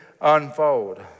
unfold